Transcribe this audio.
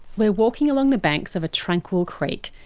we're walking along the banks of a tranquil creek.